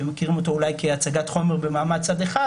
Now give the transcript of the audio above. שמכירים אותו כהצגת חומר במעמד צד אחד,